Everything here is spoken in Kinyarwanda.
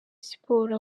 siporo